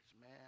man